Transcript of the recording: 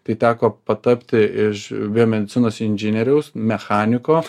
tai teko patapti iš biomedicinos inžinieriaus mechaniko